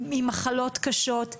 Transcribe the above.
עם מחלות קשות,